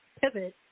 pivot